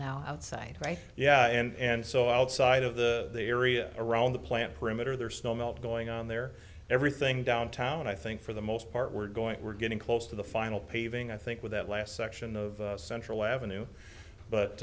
now outside right yeah and so outside of the area around the plant perimeter there's snow melt going on there everything downtown i think for the most part we're going we're getting close to the final paving i think with that last section of central avenue but